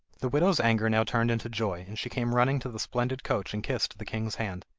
the widow's anger now turned into joy, and she came running to the splendid coach and kissed the king's hand.